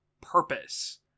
purpose